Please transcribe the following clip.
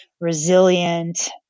resilient